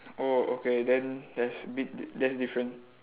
oh okay then that's a bit that's different